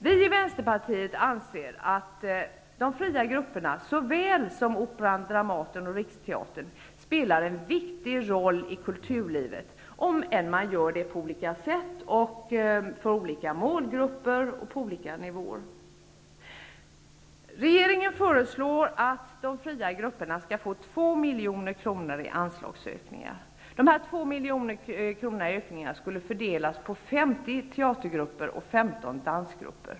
Vi i Vänsterpartiet anser att de fria grupperna, såväl som Operan, Dramaten och Riksteatern, spelar en viktig roll i kulturlivet -- om än på olika sätt, för olika målgrupper och på olika nivåer. milj.kr. i anslagsökningar. De 2 milj.kr. i ökningar skall fördelas på 50 teatergrupper och 15 dansgrupper.